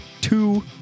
two